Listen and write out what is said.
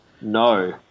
No